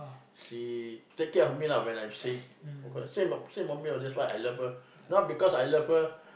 she take care of me lah when I sick same of course same for me lah that's why I love her not because I love her